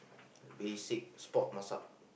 basic sport massage